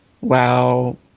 wow